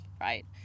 right